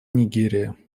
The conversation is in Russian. нигерия